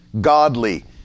godly